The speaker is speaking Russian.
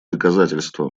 доказательства